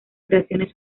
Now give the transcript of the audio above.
creaciones